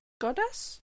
goddess